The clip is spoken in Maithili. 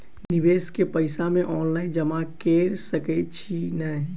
निवेश केँ पैसा मे ऑनलाइन जमा कैर सकै छी नै?